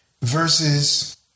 Verses